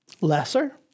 lesser